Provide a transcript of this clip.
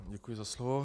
Děkuji za slovo.